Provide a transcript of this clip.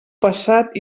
passat